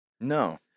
No